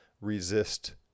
resist